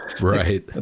Right